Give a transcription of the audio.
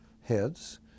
heads